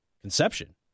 Conception